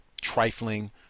trifling